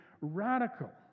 radical